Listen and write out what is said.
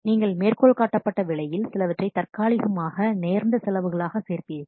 நீங்கள் மேற்கோள் காட்டப்பட்ட விலையில் சிலவற்றை தற்காலிகமாக நேர்ந்த செலவுகளாக சேர்ப்பீர்கள்